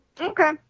Okay